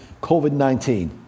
COVID-19